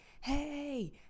Hey